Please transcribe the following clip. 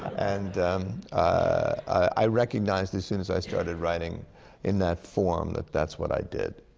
and i recognized as soon as i started writing in that form, that that's what i did.